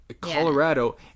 Colorado –